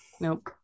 Nope